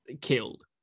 killed